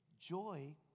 joy